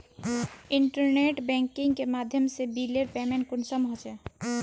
Internet banking के माध्यम से बिलेर पेमेंट कुंसम होचे?